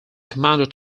commander